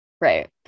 Right